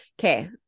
okay